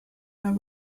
her